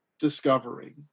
discovering